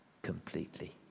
completely